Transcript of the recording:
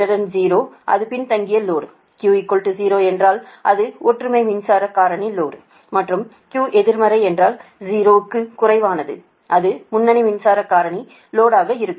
Q 0அது பின்தங்கிய load Q 0 என்றால் அது ஒற்றுமை மின்சார காரணி லோடு மற்றும் Q எதிர்மறை என்றால் 0 க்கும் குறைவானதுஅது முன்னணி மின்சார காரணி லோடு ஆக இருக்கும்